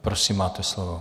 Prosím, máte slovo.